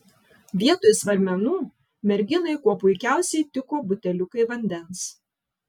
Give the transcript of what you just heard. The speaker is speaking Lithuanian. vietoj svarmenų merginai kuo puikiausiai tiko buteliukai vandens